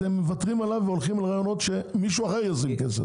אתם מוותרים עליו והלכים לרעיונות שבהם אתם לא צריכים לשים כסף